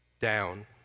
down